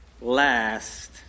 last